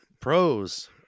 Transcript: pros